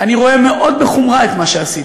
אני רואה מאוד בחומרה את מה שעשית,